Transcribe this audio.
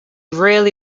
really